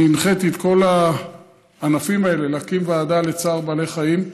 אני הנחיתי את כל הענפים האלה להקים ועדה לצער בעלי חיים,